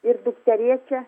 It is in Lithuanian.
ir dukterėčia